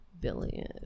billion